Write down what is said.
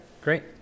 great